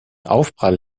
aufprall